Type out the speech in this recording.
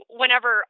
whenever